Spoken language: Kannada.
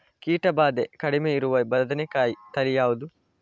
ಕೀಟ ಭಾದೆ ಕಡಿಮೆ ಇರುವ ಬದನೆಕಾಯಿ ತಳಿ ಯಾವುದು?